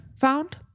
found